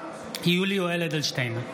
יולי יואל אדלשטיין,